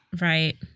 Right